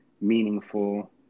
meaningful